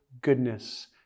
goodness